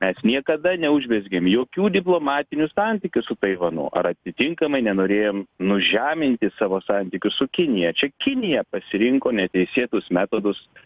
mes niekada neužmezgėm jokių diplomatinių santykių su taivanu ar atitinkamai nenorėjom nužeminti savo santykių su kinija čia kinija pasirinko neteisėtus metodus